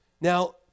Now